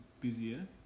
busier